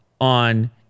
on